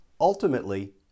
ultimately